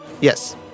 Yes